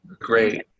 great